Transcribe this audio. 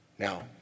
Now